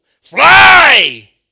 fly